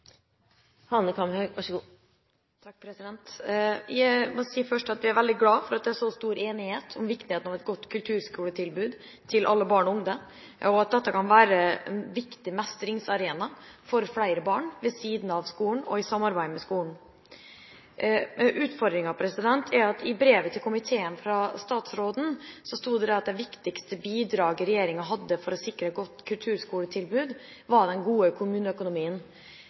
at det er så stor enighet om viktigheten av et godt kulturskoletilbud til alle barn og unge, og at dette kan være en viktig mestringsarena for flere barn ved siden av skolen og i samarbeid med skolen. Utfordringen er at i brevet til komiteen fra statsråden sto det at det viktigste bidraget regjeringa hadde for å sikre et godt kulturskoletilbud, var den gode kommuneøkonomien.